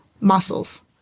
muscles